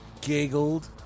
giggled